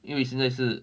因为现在是